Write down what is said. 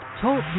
TALK